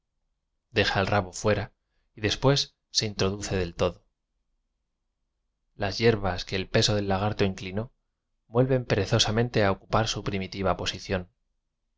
deja el rabo fuera y después se inlroduce del todo las hier bas que el peso del lagarto inclinó vuelven perezosamente a ocupar su primitiva posi